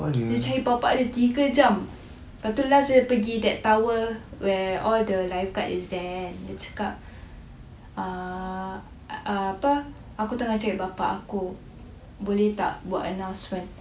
dia cari bapa dia tiga jam pastu last dia pergi that tower where all the lifeguard is there dia cakap uh apa aku tengah cari bapa aku boleh tak buat announcement